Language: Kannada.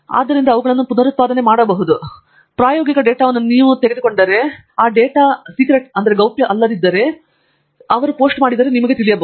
ಆದ್ದರಿಂದ ಅವುಗಳನ್ನು ಪುನರುತ್ಪಾದನೆ ಮಾಡಬಹುದು ಅಥವಾ ಪ್ರಾಯೋಗಿಕ ಡೇಟಾವನ್ನು ನೀವು ಕೆಲವು ಆಧಾರಗಳಲ್ಲಿ ತೆಗೆದುಕೊಂಡರೆ ಆ ಡೇಟಾವನ್ನು ಗೌಪ್ಯವಾಗಿಲ್ಲದಿದ್ದಲ್ಲಿ ಮತ್ತು ಅದನ್ನು ಪೋಸ್ಟ್ ಮಾಡಿದರೆ ನಿಮಗೆ ತಿಳಿಯಬಹುದು